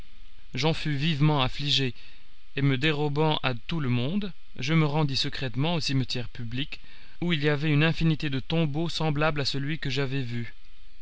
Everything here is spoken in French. j'en fus vivement affligé et me dérobant à tout le monde je me rendis secrètement au cimetière public où il y avait une infinité de tombeaux semblables à celui que j'avais vu